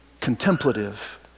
contemplative